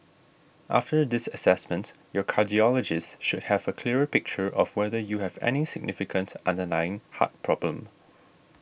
after this assessment your cardiologist should have a clearer picture of whether you have any significant underlying heart problem